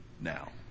now